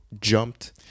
jumped